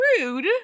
Rude